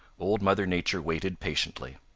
old mother nature waited patiently.